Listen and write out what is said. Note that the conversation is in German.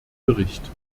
bericht